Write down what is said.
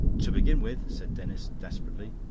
to begin with, said denis desperately,